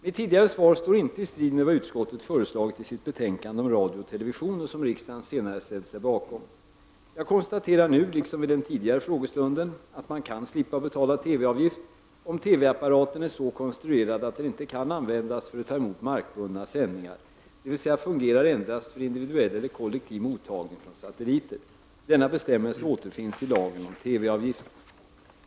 Mitt tidigare svar står inte i strid med vad utskottet föreslagit i sitt betänkande om radio och television och som riksdagen senare ställt sig bakom. Jag konstaterar nu, liksom vid den tidigare frågestunden, att man kan slippa att betala TV-avgift om TV-apparaten är så konstruerad att den inte kan användas för att ta emot markbundna sändningar, dvs. fungerar endast för individuell eller kollektiv mottagning från satelliter. Denna bestämmelse återfinns i lagen om TV-avgift.